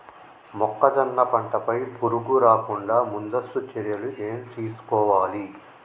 మొక్కజొన్న పంట పై పురుగు రాకుండా ముందస్తు చర్యలు ఏం తీసుకోవాలి?